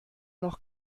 noch